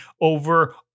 over